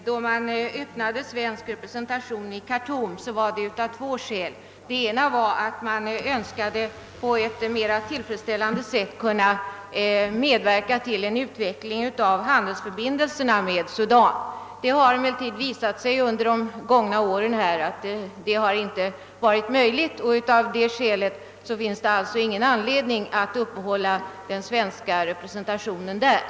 Herr talman! Då Sverige upprättade en representation i Khartoum, skedde detta av två skäl. Ett av dessa var att man önskade att på ett mera tillfredsställande sätt kunna medverka till att utveckla handelsförbindelserna med Sudan. Under de gångna åren har detta emellertid inte visat sig vara möjligt, och därför finns det alltså ingen anledning att upprätthålla den svenska representationen där.